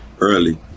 early